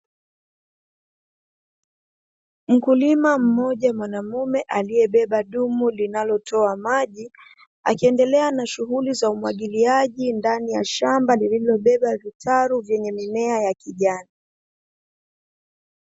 Mkulima mmoja mwanamume aliyebeba dumu linalotoa maji, akiendelea na shughuli za umwagiliaji ndani ya shamba lililobeba vitalu vyenye mimea ya kijani.